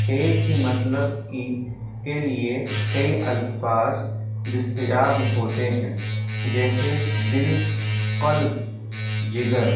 ایک ہی مطلب کی کے لیے کئی الفاظ دستیاب ہوتے ہیں جیسے دل قلب جگر